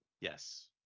Yes